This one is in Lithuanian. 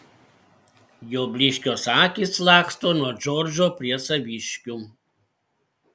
jo blyškios akys laksto nuo džordžo prie saviškių